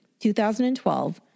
2012